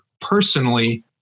personally